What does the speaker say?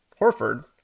Horford